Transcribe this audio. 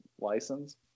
license